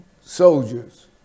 soldiers